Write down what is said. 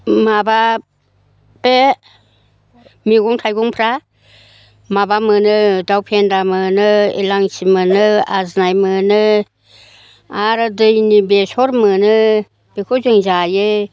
माबा बे मैगं थाइगंफ्रा माबा मोनो दाव फेन्दा मोनो इलांसि मोनो आजिनाय मोनो आरो दैनि बेसर मोनो बेखौ जों जायो